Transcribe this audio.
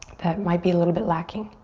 that might be a little bit lacking.